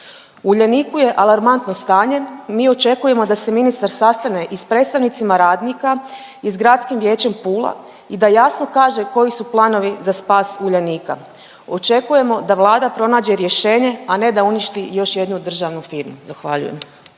U Uljaniku je alarmantno stanje, mi očekujemo da se ministar sastane i s predstavnicima radnika i s Gradskim vijećem Pula i da jasno kaže koji su planovi za spas Uljanika. Očekujemo da Vlada pronađe rješenje, a ne da uništi još jednu državnu firmu, zahvaljujem.